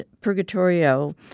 Purgatorio